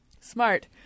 Smart